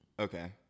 Okay